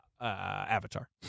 Avatar